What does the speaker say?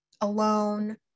alone